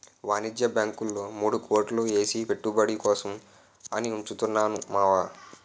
వాణిజ్య బాంకుల్లో మూడు కోట్లు ఏసి పెట్టుబడి కోసం అని ఉంచుతున్నాను మావా